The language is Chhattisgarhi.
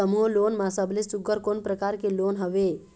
समूह लोन मा सबले सुघ्घर कोन प्रकार के लोन हवेए?